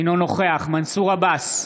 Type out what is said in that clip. אינו נוכח מנסור עבאס,